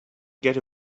get